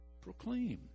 proclaim